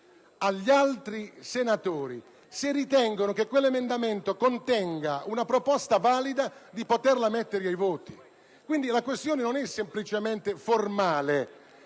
agli altri senatori, nel caso ritengano che quell'emendamento contenga una proposta valida, di farla porre in votazione. La questione non è semplicemente formale